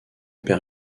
père